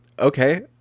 Okay